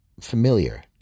familiar